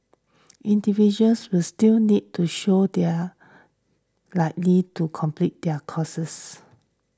individuals will still need to show they are likely to complete their courses